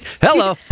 hello